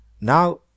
Now